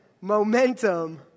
momentum